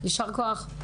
יישר כוח.